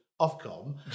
Ofcom